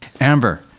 Amber